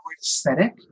aesthetic